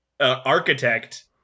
Architect